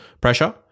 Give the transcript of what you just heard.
pressure